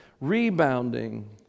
rebounding